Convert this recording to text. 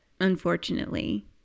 unfortunately